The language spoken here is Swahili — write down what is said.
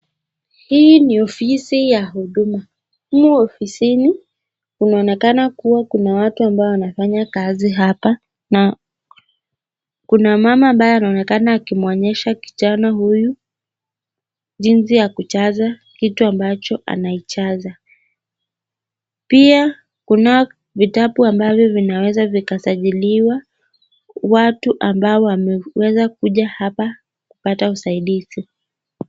Hii ni ofisi ya huduma. Kuna ofisini kunaonekana kuwa kuna watu ambao wanafanya kazi hapa na kuna mama ambaye anaonekana akimwonyesha kijana huyu jinsi ya kujaza kitu ambacho anaijaza. Pi